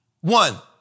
One